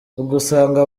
ugasanga